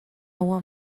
want